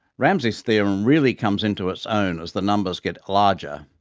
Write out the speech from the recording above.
ramsey's theorem really comes into its own as the numbers get larger.